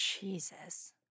Jesus